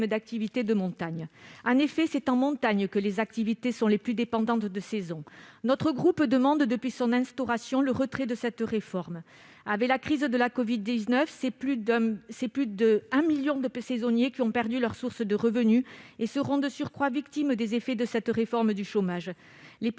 d'activité de montagne. En effet, c'est en montagne que les activités sont les plus dépendantes des saisons. Notre groupe demande, depuis son instauration, le retrait de cette réforme. Avec la crise de la covid-19, c'est plus de 1 million de saisonniers qui ont perdu leur source de revenus et seront, de surcroît, victimes des effets de cette réforme du chômage. Les